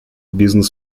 business